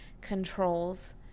controls